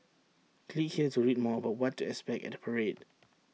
click here to read more about what expect at parade